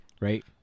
right